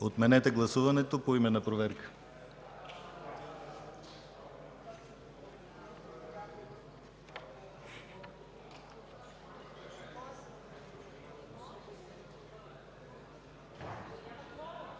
Отменете гласуването! Поименна проверка: